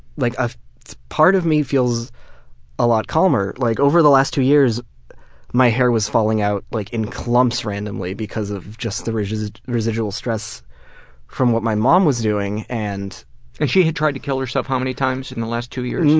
like ah part of me feels a lot calmer. like over the last two years my hair was falling out like in clumps randomly because of the residual residual stress from what my mom was doing paul and and she had tried to kill herself how many times in the last two years?